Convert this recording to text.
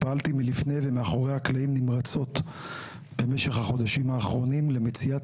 פעלתי לפני ומאחורי הקלעים נמרצות במשך החודשים האחרונים למציאת